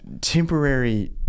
temporary